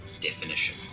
definition